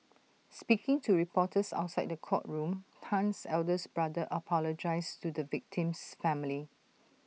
speaking to reporters outside the courtroom Tan's eldest brother apologised to the victim's family